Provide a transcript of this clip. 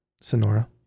Sonora